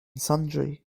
sundry